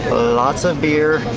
lots of beer,